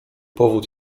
powód